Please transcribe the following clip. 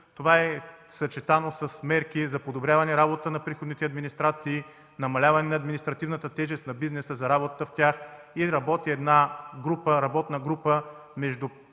Това е съчетано с мерки за подобряване работата на приходните администрации, намаляване на административната тежест на бизнеса за работата с тях. Работи една работна група между